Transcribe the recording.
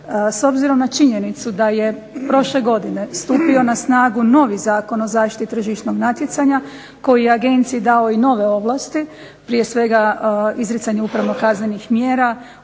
S obzirom na činjenicu da je prošle godine stupio na snagu novi Zakon o zaštiti tržišnog natjecanja koji je agenciji dao i nove ovlasti, prije svega izricanje upravno-kaznenih mjera,